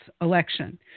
election